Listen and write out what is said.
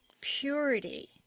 purity